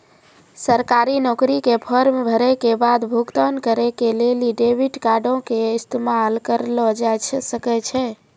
सरकारी नौकरी के फार्म भरै के बाद भुगतान करै के लेली डेबिट कार्डो के इस्तेमाल करलो जाय सकै छै